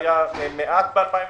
פחות או יותר משנת 2017. ב-2017 היה מעט.